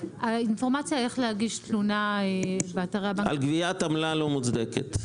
האינפורמציה איך להגיש באתרי הבנק --- על גביית עמלה לא מוצדקת.